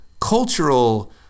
cultural